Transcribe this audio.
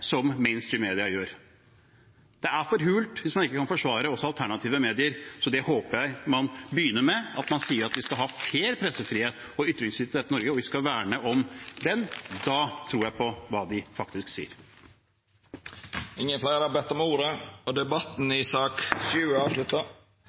Det er for hult hvis man ikke kan forsvare også alternative medier, så det håper jeg man begynner med – og sier at vi skal ha fair pressefrihet og ytringsfrihet i Norge og verne om den. Da tror jeg på hva de faktisk sier. Fleire har ikkje bedt om ordet til sak nr. 7. Etter ynskje frå transport- og